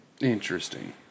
Interesting